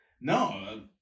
No